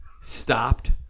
stopped